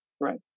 Right